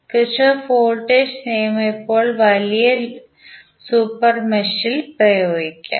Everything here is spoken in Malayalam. കിർചോഫ് വോൾട്ടേജ് നിയമം ഇപ്പോൾ വലിയ സൂപ്പർ മെഷ് ഇൽ പ്രയോഗിക്കാം